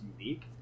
unique